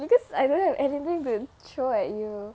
because I don't have anything to throw at you